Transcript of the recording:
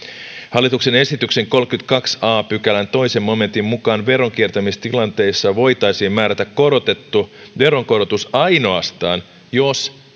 hallituksen esityksen kolmannenkymmenennentoisen a pykälän toisen momentin mukaan veronkiertämistilanteissa voitaisiin määrätä korotettu veronkorotus ainoastaan jos